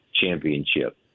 championship